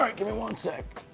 um like give me one sec.